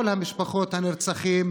כל משפחות הנרצחים,